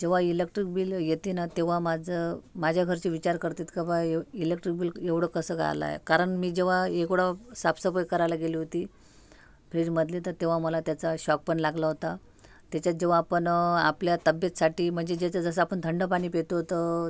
जेव्हा electric bill येते ना तेव्हा माझं माझ्या घरचे विचार करतात का बा एव इलेक्ट्रिक बील एवढं कसं काय आलंय कारण मी जेव्हा एकवेळा साफसफाई करायला गेली होती फ्रीजमधली तर तेव्हा मला त्याचा शॉकपण लागला होता तेच्यात जेव्हा आपण आपल्या तब्येतीसाठी म्हणजे जे जे जसं आपण थंड पाणी पितो तर